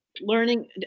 learning